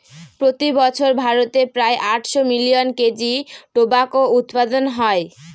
প্রতি বছর ভারতে প্রায় আটশো মিলিয়ন কেজি টোবাকো উৎপাদন হয়